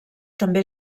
també